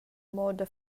moda